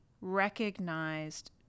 recognized